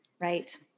Right